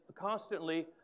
constantly